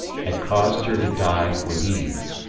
had caused her to dive with ease.